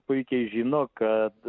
puikiai žino kad